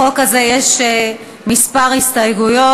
בחוק הזה יש כמה הסתייגויות.